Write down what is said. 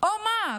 או מה?